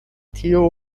tiu